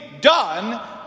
done